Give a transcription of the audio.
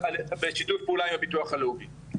בשיתוף פעולה עם הביטוח הלאומי.